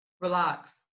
relax